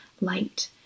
light